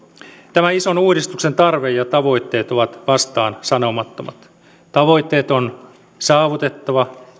tämän ison uudistuksen tarve ja tavoitteet ovat vastaansanomattomat tavoitteet on saavutettava